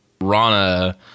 Rana